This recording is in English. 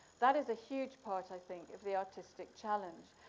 that is a huge part i think, of the artistic challenge.